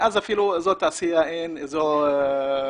מאז אין אפילו אזור תעשייה ואין אזור מסחרי